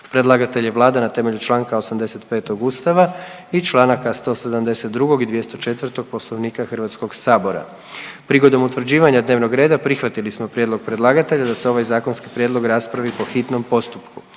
Predlagatelj je Vlada na temelju čl. 85. Ustava i čl. 172. i 204. Poslovnika Hrvatskoga sabora. Prigodom utvrđivanja dnevnog reda prihvatili smo prijedlog predlagatelja da se ovaj zakonski prijedlog raspravi po hitnom postupku.